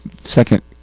second